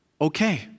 okay